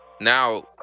now